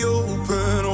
open